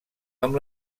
amb